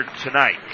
tonight